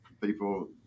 people